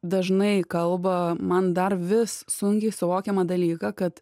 dažnai kalba man dar vis sunkiai suvokiamą dalyką kad